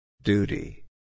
Duty